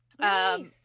Nice